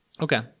Okay